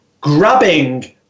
grabbing